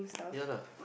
yeah lah